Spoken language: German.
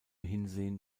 hinsehen